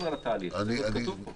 התהליך צריך להיות כתוב פה.